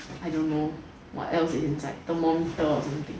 I don't know what else inside thermometer or something